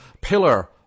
pillar